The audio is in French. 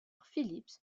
philips